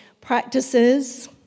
practices